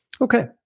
okay